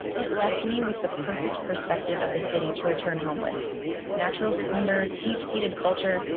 it left me with the perfect perspective of the city to return home with natural splendor, deep-seated culture,